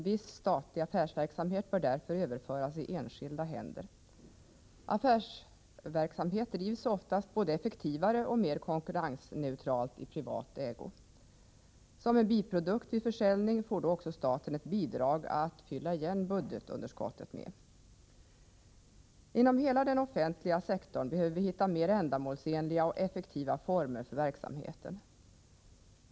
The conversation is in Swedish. Viss statlig affärsverksamhet bör därför överföras i enskilda händer. Affärsverksamhet drivs oftast både effektivare och mer konkurrensneutralt i privat ägo. Som en biprodukt vid försäljning får också staten ett bidrag att fylla igen budgetunderskottet med. Inom hela den offentliga sektorn behöver vi hitta mer ändamålsenliga och effektiva former för verksamheten.